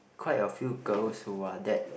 quite a few girls who are that